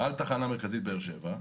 על תחנה מרכזית באר שבע.